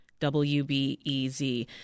WBEZ